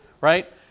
right